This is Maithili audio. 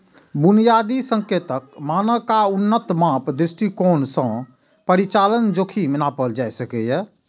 बुनियादी संकेतक, मानक आ उन्नत माप दृष्टिकोण सं परिचालन जोखिम नापल जा सकैए